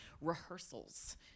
rehearsals